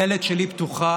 הדלת שלי פתוחה.